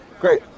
Great